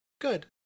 Good